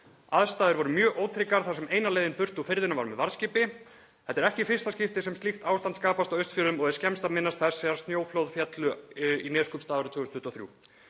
Aðstæður voru mjög ótryggar þar sem eina leiðin burt úr firðinum var með varðskipi. Þetta er ekki í fyrsta skipti sem slíkt ástand skapast á Austfjörðum og er skemmst að minnast þess þegar snjóflóð féllu í Neskaupstað árið 2023.